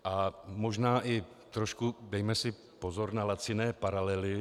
A možná si trošku dejme i pozor na laciné paralely.